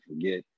forget